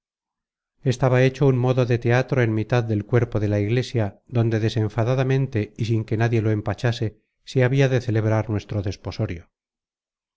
estaba hecho un modo de teatro en mitad del cuerpo de la iglesia donde desenfadadamente y sin que nadie lo empachase se habia de celebrar nuestro desposorio